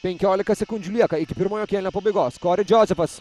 penkiolika sekundžių lieka iki pirmojo kėlinio pabaigos kori džozefas